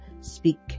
speak